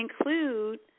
include